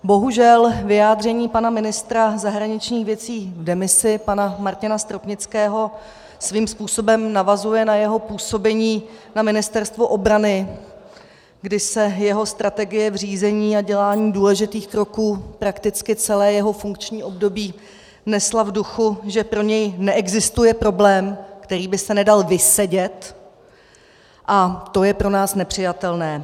Bohužel vyjádření pana ministra zahraničních věcí v demisi Martina Stropnického svým způsobem navazuje na jeho působení na Ministerstvu obrany, kdy se jeho strategie v řízení a dělání důležitých kroků prakticky celé jeho funkční období nesla v duchu, že pro něj neexistuje problém, který by se nedal vysedět, a to je pro nás nepřijatelné.